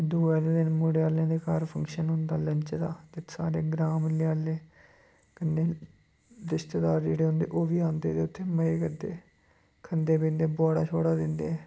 दूआ दिन मुड़े आह्ले दे घर फंक्शन होंदा लैंच दा ते साढ़े ग्राऽ म्हल्लें आह्ले कन्नै रिश्तेदार जेह्ड़े होंदे ओह् बी आंदे ते उत्थें मज़े करदे खंदे पींदे पुआड़ा शुआड़ा दिंदे